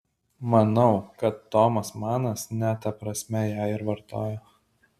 manau kad tomas manas ne ta prasme ją ir vartojo